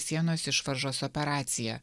sienos išvaržos operacija